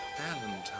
Valentine